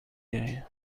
دقیقه